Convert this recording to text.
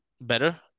better